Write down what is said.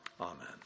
amen